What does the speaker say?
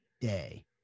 day